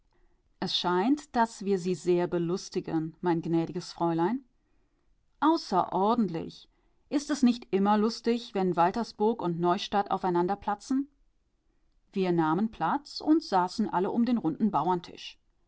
es scheint daß wir sie sehr belustigen mein gnädiges fräulein außerordentlich ist es nicht immer lustig wenn waltersburg und neustadt aufeinanderplatzen wir nahmen platz und saßen alle um den runden